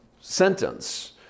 sentence